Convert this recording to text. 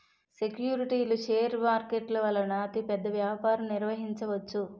సెక్యూరిటీలు షేర్ మార్కెట్ల వలన అతిపెద్ద వ్యాపారం నిర్వహించవచ్చు